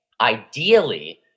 Ideally